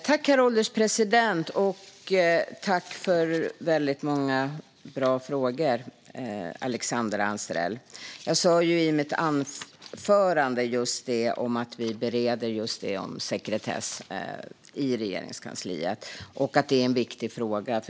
Herr ålderspresident! Tack, Alexandra Anstrell, för väldigt många bra frågor! Jag sa just i mitt anförande att Regeringskansliet bereder den viktiga frågan om sekretess.